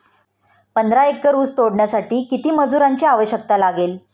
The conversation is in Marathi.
पंधरा एकर ऊस तोडण्यासाठी किती मजुरांची आवश्यकता लागेल?